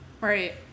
Right